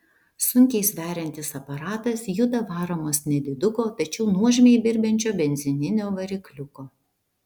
sunkiai sveriantis aparatas juda varomas nediduko tačiau nuožmiai birbiančio benzininio varikliuko